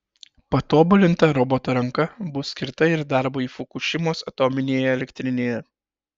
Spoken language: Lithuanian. patobulinta roboto ranka bus skirta ir darbui fukušimos atominėje elektrinėje